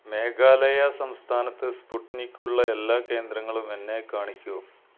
മേഘാലയ സംസ്ഥാനത്ത് സ്പുട്നിക്കുള്ള എല്ലാ കേന്ദ്രങ്ങളും എന്നെ കാണിക്കൂ